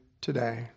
today